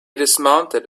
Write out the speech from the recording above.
dismounted